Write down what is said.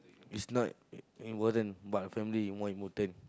it's not it it wasn't but family is more important